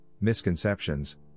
misconceptions